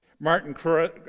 Martin